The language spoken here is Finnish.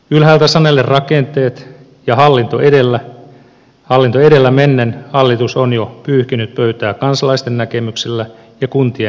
ylhäältä sanellen rakenteet ja hallinto edellä mennen hallitus on jo pyyhkinyt pöytää kansalaisten näkemyksillä ja kuntien näkemyksillä